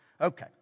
Okay